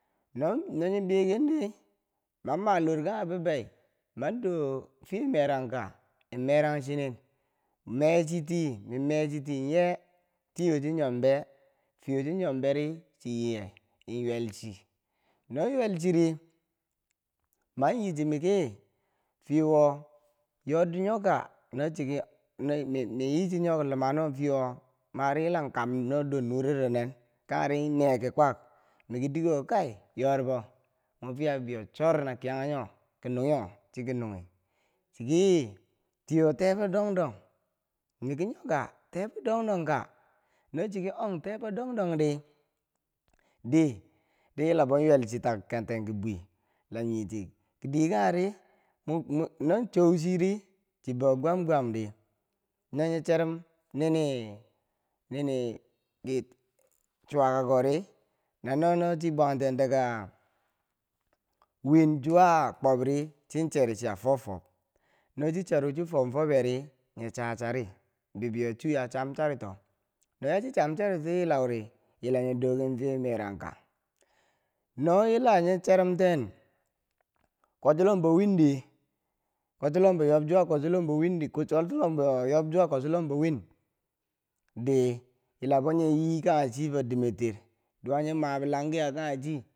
No Nonyi bekengdi man malorkanghe bibei mandofiye merangka merang chinen mechiti min mechiti nyenye fiyewo chinyon nyom be? fiyewo chinyonbe ri chiyiye inywelchi no ywel chiri, man yichi miki fiyewo yordinyo kaka no chiki min yichi nyo kilumano no chiki fiyewo mari yila Kam nyo dor nureronen kangheri me ki kwag miki diyewo kai yorbo mwe fiya bibeiyo chorinakiyanghe nyo kinunyi nyo chiki nunyi chiki fiyewo tebo dong dong miki nyo ka tebo dong dong ka no chiki nyon tebo dong dongdi di diyilabou ywelchitak kaken ten tak kibwi na nyichi ki diye kangheri nonchou chiri chibou gwam gwamdi no nyi cherem nini ini chuwoka ri na no- no chibwantengtika win zuwa kwobri chiyen cheri chi fwob fwob nochi cherung chi fwobou fwoberi chiya cha chari bibi yo chu ya cham charito chi yilauri, yila nye dokeng fiye merangka no yilaye nyo cherumten kwobchilom windi kwobchilombo yob zuwa kwob chilambo windi ko kwobchilongbo yob zuwa kwobchilombo win di yila bo nya yi kanghe chifo dimertir duwa nyi ma bilanghiya kanghechi.